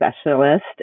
specialist